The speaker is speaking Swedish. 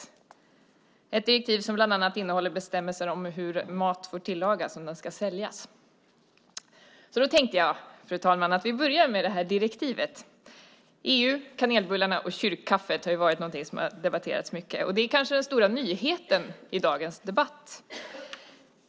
Det är ett direktiv som bland annat innehåller bestämmelser om hur mat får tillagas om den ska säljas. Jag tänkte, fru talman, att vi börjar med det här direktivet. EU, kanelbullarna och kyrkkaffet har ju debatterats mycket, och det är kanske den stora nyheten i dagens debatt.